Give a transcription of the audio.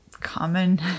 common